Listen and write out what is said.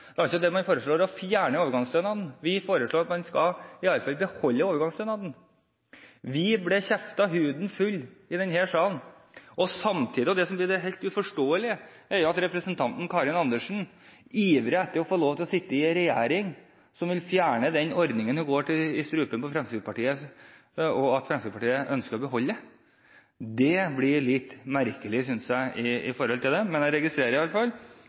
Man foreslår altså å fjerne overgangsstønaden. Vi foreslår at man i alle fall skal beholde overgangsstønaden. Vi ble kjeftet huden full i denne salen. Samtidig – og det er jo helt uforståelig – går representanten Karin Andersen i strupen på Fremskrittspartiet på grunn av dette, men ivrer etter å få sitte i en regjering som vil fjerne den ordningen Fremskrittspartiet ønsker å beholde. Det synes jeg blir litt merkelig, men jeg registrerer